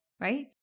right